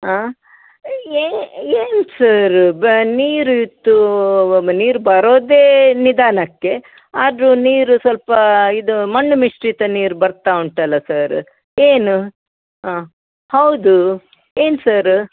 ಹಾಂ ಏನು ಸರ್ ಬಾ ನೀರು ಇತ್ತು ನೀರು ಬರೋದೇ ನಿಧಾನಕ್ಕೆ ಆದರೂ ನೀರು ಸ್ವಲ್ಪ ಇದು ಮಣ್ಣು ಮಿಶ್ರಿತ ನೀರು ಬರ್ತಾ ಉಂಟಲ್ಲ ಸರ್ ಏನು ಹಾಂ ಹೌದು ಏನು ಸರ್